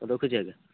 ହଉ ରଖୁଛି ଆଜ୍ଞା